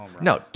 no